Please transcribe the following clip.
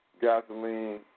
gasoline